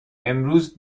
امروز